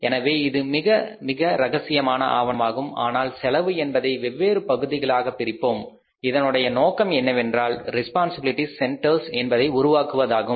எனவே இது மிக மிக ரகசியமான ஆவணமாகும் ஆனால் செலவு என்பதை வெவ்வேறு பகுதிகளாக பிரிப்போம் இதனுடைய நோக்கம் என்னவென்றால் ரெஸ்பான்சிபிலிட்டி சென்டர்ஸ் என்பதை உருவாக்குவதாகும்